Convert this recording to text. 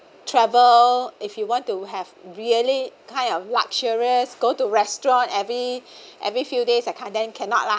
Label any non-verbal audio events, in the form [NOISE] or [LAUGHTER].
travel if you want to have really kind of luxurious go to restaurant every [BREATH] every few days that kind then cannot lah